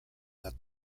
that